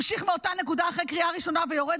ממשיך מאותה נקודה אחרי קריאה ראשונה ויורד